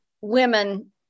women